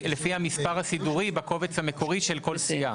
המספר הסידורי בקובץ המקורי של כל סיעה.